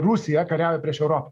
rusija kariauja prieš europą